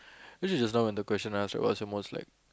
actually just now when the question right what's your like